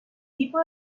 tipo